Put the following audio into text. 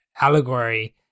allegory